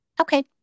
Okay